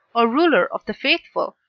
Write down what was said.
or ruler of the faithful,